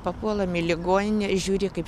papuolam į ligoninę žiūri kaip